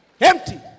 empty